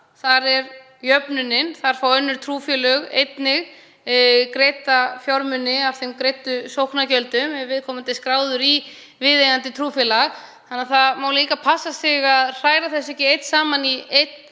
Þar er jöfnunin. Önnur trúfélög fá einnig greidda fjármuni af greiddum sóknargjöldum ef viðkomandi er skráður í viðeigandi trúfélag. Þannig að það má líka passa sig að hræra þessu ekki saman í einn